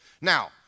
Now